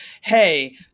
hey